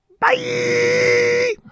bye